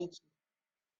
aiki